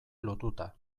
lotuta